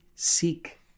Seek